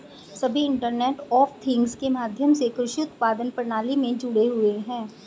सभी internet of things के माध्यम से कृषि उत्पादन प्रणाली में जुड़े हुए हैं